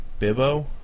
Bibbo